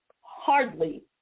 Hardly